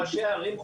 ראשי הערים,